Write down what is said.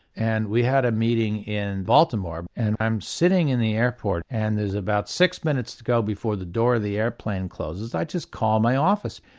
and we had a meeting in baltimore and i'm sitting in the airport and there's about six minutes to go before the door of the airplane closes, i just call my office,